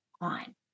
on